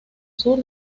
sur